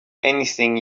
anything